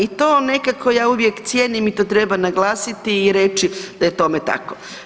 I to vam nekako ja uvijek cijenim i to treba naglasiti i reći da je tome tako.